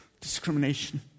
discrimination